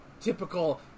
typical